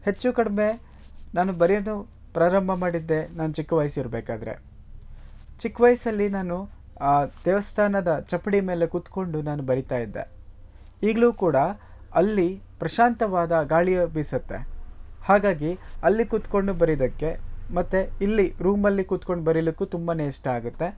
ಹೆಚ್ಚು ಕಡಿಮೆ ನಾನು ಬರೆಯೋದು ಪ್ರಾರಂಭ ಮಾಡಿದ್ದೇ ನಾನು ಚಿಕ್ಕ ವಯಸ್ಸಿರರ್ಬೇಕಾದ್ರೆ ಚಿಕ್ಕ ವಯಸ್ಸಲ್ಲಿ ನಾನು ಆ ದೇವಾಸ್ಥಾನದ ಚಪ್ಪಡಿ ಮೇಲೆ ಕುತ್ಕೊಂಡು ನಾನು ಬರೀತಾ ಇದ್ದೆ ಈಗಲೂ ಕೂಡ ಅಲ್ಲಿ ಪ್ರಶಾಂತವಾದ ಗಾಳಿಯು ಬೀಸತ್ತೆ ಹಾಗಾಗಿ ಅಲ್ಲಿ ಕುತ್ಕೊಂಡು ಬರಿದಕ್ಕೆ ಮತ್ತು ಇಲ್ಲಿ ರೂಮಲ್ಲಿ ಕುತ್ಕೊಂಡು ಬರೀಲಿಕ್ಕೂ ತುಂಬಾ ಇಷ್ಟ ಆಗತ್ತೆ